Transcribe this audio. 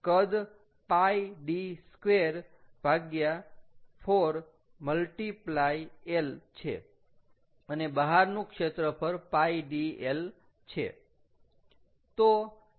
કદ π d2 4 l છે અને બહારનું ક્ષેત્રફળ π d l છે